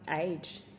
age